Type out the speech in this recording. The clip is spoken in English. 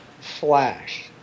flash